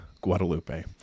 Guadalupe